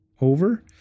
over